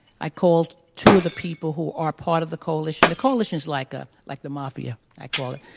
i called two of the people who are part of the coalition. the coalition is like a, like the mafia, i call it.